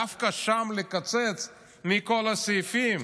דווקא שם לקצץ מכל הסעיפים?